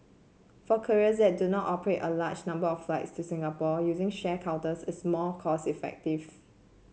for carriers that do not operate a large number of flights to Singapore using shared counters is more cost effective